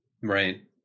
Right